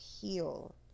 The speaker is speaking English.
heal